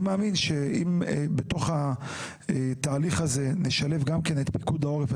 אני מאמין שבתהליך הזה צריך לשלב גם את פיקוד העורף.